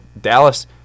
Dallas